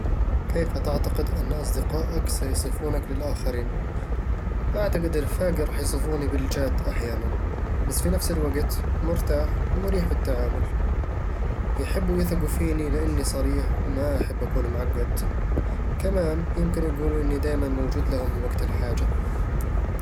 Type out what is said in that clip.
كيف تعتقد أن أصدقاءك سيصفونك للآخرين؟ أعتقد رفاقي راح يصفوني بـ الجاد أحيانًا، بس في نفس الوقت مرتاح ومريح في التعامل يحبوا يثقوا فيني لأنني صريح وما أحب أكون معقد كمان يمكن يقولوا إني دايمًا موجود لهم وقت الحاجة